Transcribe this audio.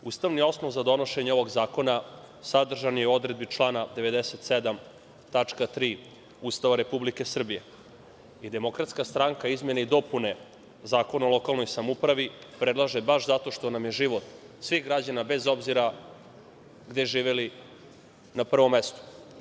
Ustavni osnov za donošenje ovog zakona sadržan je u odredbi člana 97. tačka 3) Ustava Republike Srbije i DS izmene i dopune Zakona o lokalnoj samoupravi predlaže baš zato što je život svih građana, bez obzira gde živeli, na prvom mestu.